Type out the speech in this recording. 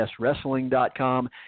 YesWrestling.com